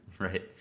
Right